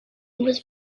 was